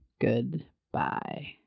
Goodbye